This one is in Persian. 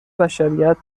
بشریت